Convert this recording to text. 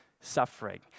suffering